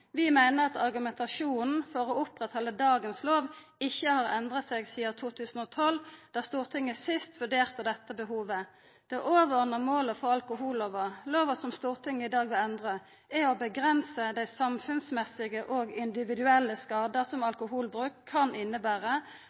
Vi meiner at argumentasjonen for å oppretthalda dagens lov ikkje har endra seg sidan 2012, då Stortinget sist vurderte dette behovet. Det overordna målet for alkohollova, lova som Stortinget i dag vil endra, er å avgrensa dei samfunnsmessige og individuelle skadane som alkoholbruk kan